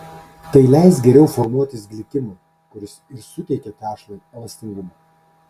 tai leis geriau formuotis glitimui kuris ir suteikia tešlai elastingumo